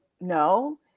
no